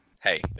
Hey